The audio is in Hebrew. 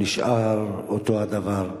נשאר אותו הדבר.